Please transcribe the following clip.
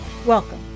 Welcome